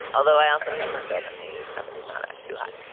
although i also made cornbread in the oven, did not act too hot.